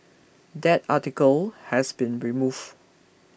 that article has been removed